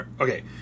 okay